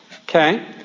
okay